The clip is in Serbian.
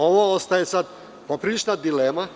Ovo ostaje poprilična dilema.